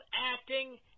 acting